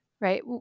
right